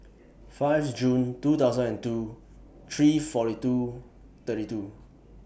five Jun two thousand and two three forty two thirty two